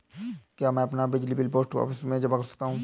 क्या मैं अपना बिजली बिल पोस्ट ऑफिस में जमा कर सकता हूँ?